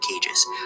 cages